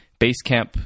Basecamp